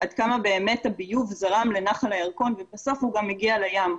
עד כמה באמת הביוב זרם לנחל הירקון ובסוף הוא גם הגיע לים.